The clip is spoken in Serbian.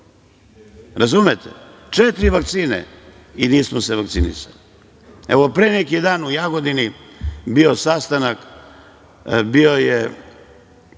razumete, četiri vakcine i nismo se vakcinisali. Evo, pre neki dan u Jagodini bio je sastanaka, bio je